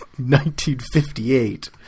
1958